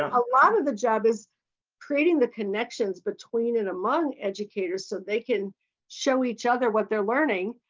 a lot of the job is creating the connections between and among educators so they can show each other what they're learning